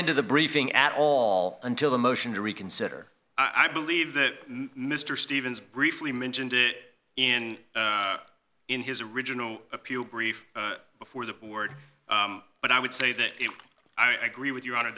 into the briefing at all until the motion to reconsider i believe that mr stevens briefly mentioned it in in his original appeal brief before the word but i would say that i agree with your honor